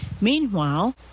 Meanwhile